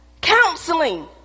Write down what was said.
counseling